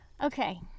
Okay